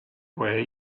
where